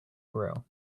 grill